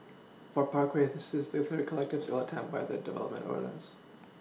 for Parkway this is the third collective sale attempt by the development's owners